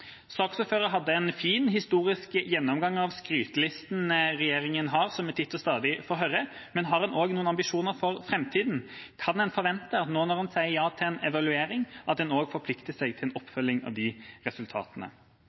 hadde en fin, historisk gjennomgang av skrytelisten regjeringa har, som vi titt og stadig får høre, men har hun også noen ambisjoner for framtida? Kan en forvente, nå når en sier ja til en evaluering, at en også forplikter seg til en oppfølging av de resultatene?